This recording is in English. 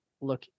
look